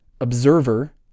observer